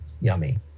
yummy